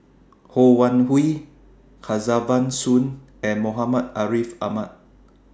Ho Wan Hui Kesavan Soon and Muhammad Ariff Ahmad